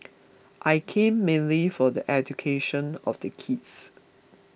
I came mainly for the education of the kids